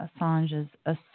Assange's